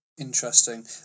interesting